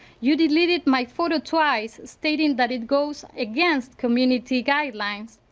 you deleted my photo twice stating that it goes against community guidelines.